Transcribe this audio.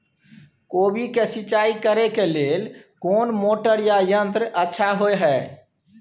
कोबी के सिंचाई करे के लेल कोन मोटर या यंत्र अच्छा होय है?